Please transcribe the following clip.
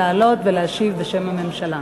לעלות ולהשיב בשם הממשלה.